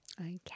Okay